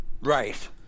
Right